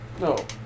No